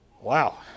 Wow